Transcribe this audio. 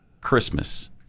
Christmas